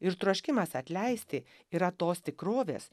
ir troškimas atleisti yra tos tikrovės